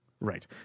Right